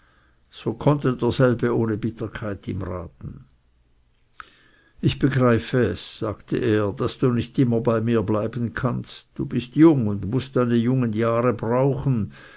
so konnte derselbe ohne bitterkeit ihm raten ich begreife es sagte er daß du nicht immer bei mir bleiben kannst du bist jung und mußt deine jungen jahre brauchen